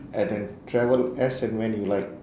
and then travel as and when you like